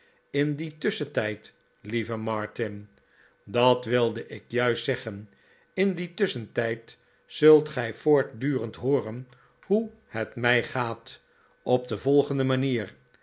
in dien tusschentijd lieve martin dat wilde ik juist zeggen in dien tusschentijd zult gij voortdurend hooren hoe het mij gaat op de volgende manier